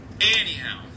anyhow